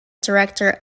director